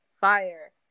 fire